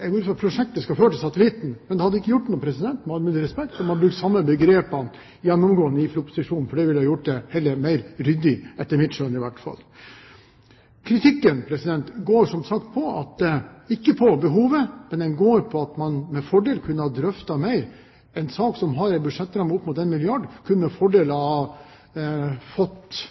Jeg går ut fra at prosjektet skal følge satellitten, men det hadde ikke gjort noe om man – med all mulig respekt – hadde brukt de samme begrepene gjennomgående i proposisjonen, for det ville ha gjort det hele mer ryddig, etter mitt skjønn i hvert fall. Kritikken går som sagt ikke på behovet, men på at man med fordel kunne ha drøftet mer. En sak som har en budsjettramme på opp mot en 1 milliard kr, kunne med fordel ha fått